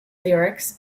lyrics